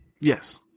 Yes